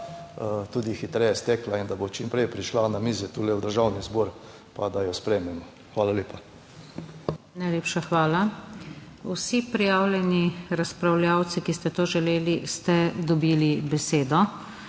tudi hitreje stekla in da bo čim prej prišla na mize tule v Državni zbor, pa da jo sprejmemo. Hvala lepa. PODPREDSEDNICA NATAŠA SUKIČ: Najlepša hvala. Vsi prijavljeni razpravljavci, ki ste to želeli, ste dobili besedo.